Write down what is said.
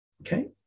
Okay